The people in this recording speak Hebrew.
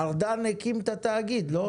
ארדן הקים את התאגיד, לא?